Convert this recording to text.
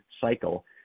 cycle